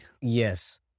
Yes